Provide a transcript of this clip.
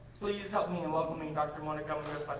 please help me in welcoming dr. monica